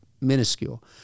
minuscule